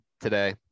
today